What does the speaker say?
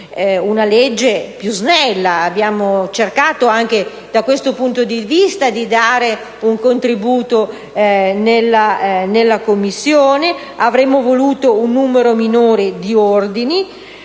una legge più snella, e abbiamo cercato anche da questo punto di vista di dare un contributo nella Commissione. Avremmo voluto un numero minore di ordini,